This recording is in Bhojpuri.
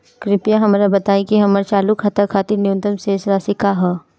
कृपया हमरा बताइं कि हमर चालू खाता खातिर न्यूनतम शेष राशि का ह